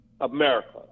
america